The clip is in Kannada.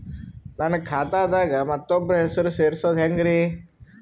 ನನ್ನ ಖಾತಾ ದಾಗ ಮತ್ತೋಬ್ರ ಹೆಸರು ಸೆರಸದು ಹೆಂಗ್ರಿ?